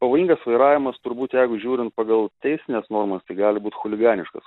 pavojingas vairavimas turbūt jeigu žiūrint pagal teisines normas tai gali būt chuliganiškas